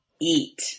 eat